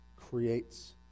creates